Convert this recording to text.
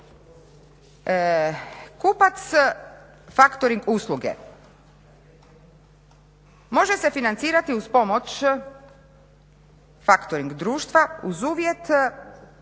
Kupac factoring usluge može se financirati uz pomoć factoring društva uz uvjet